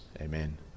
Amen